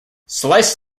slice